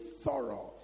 thorough